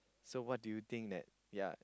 so what do you think that yea